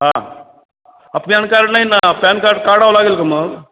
हां pan card नाही ना पॅन कार्ड काढावं लागेल का मग